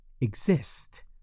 exist